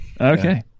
Okay